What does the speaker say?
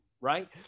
Right